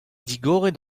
digoret